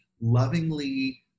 lovingly